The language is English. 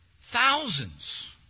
thousands